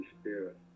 Spirit